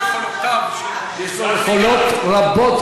על המיומנות שלו אף אחד לא מתווכח.